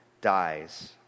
dies